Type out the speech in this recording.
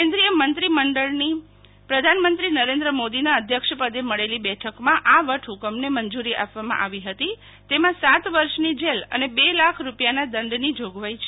કેન્દ્રિય મંત્રીમંડળની પ્રધાનમંત્રી નરેન્દ્ર મોદીના અધ્યક્ષપદે મળેલી બેઠકમાં આ વટહુકમને મંજૂરી આપવામાં આવી હતી તેમાં સાત વર્ષની જેલ અને બે લાખ રૂપિયાના દંડની જોગવાઈ છે